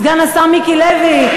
סגן השר מיקי לוי,